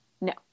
No